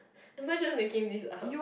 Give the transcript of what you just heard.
am I just making this up